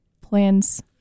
plans